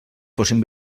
fossin